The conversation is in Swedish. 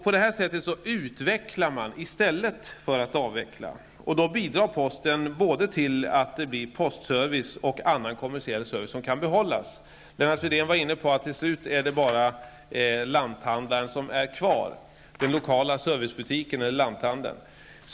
På detta sätt utvecklar man i stället för att avveckla, och då bidrar posten både till att det blir postservice och till att annan kommersiell service kan behållas. Lennart Fridén var inne på att det till slut bara är den lokala servicebutiken eller lanthandeln som är kvar.